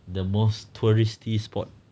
the most touristy spot